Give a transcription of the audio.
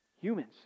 Humans